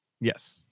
Yes